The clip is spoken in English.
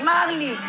Marley